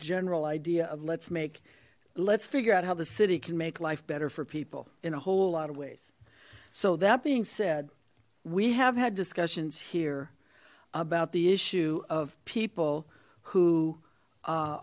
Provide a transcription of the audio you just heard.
general idea of let's make let's figure out how the city can make life better for people in a whole lot of ways so that being said we have had discussions here about the issue of people who